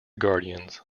guardians